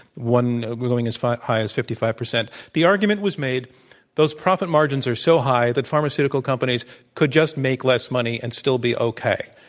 one going as high as fifty five percent, the argument was made those profit margins are so high that pharmaceutical companies could just make less money and still be okay.